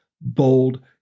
bold